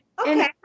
Okay